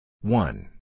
one